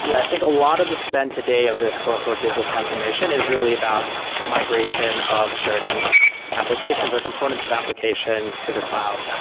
yeah i think a lot of the spend today of this um digital transformation is really about migration of certain applications or components of applications to the cloud,